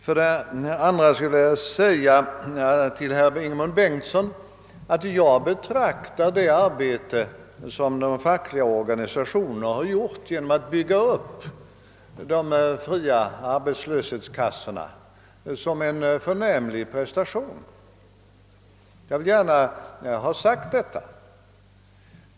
Vidare skulle jag vilja säga till herr Ingemund Bengtsson att jag betraktar det arbete som de fackliga organisationerna utfört genom att bygga upp de fria arbetslöshetskassorna som en förnämlig prestation. Jag vill gärna ha sagt detta.